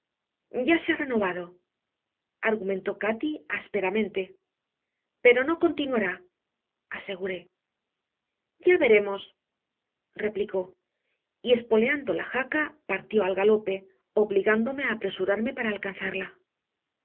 ya se ha renovado argumentó cati ásperamente pero no continuará aseguré ya veremos replicó y espoleando la jaca partió al galope obligándome a apresurarme para alcanzarla